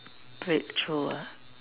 breakthrough ah